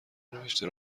نوشته